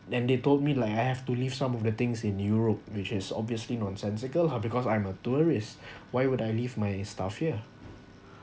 and they told me like I have to leave some of the things in europe which is obviously nonsensical ah because I'm a tourist why would I leave my stuff here